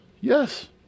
Yes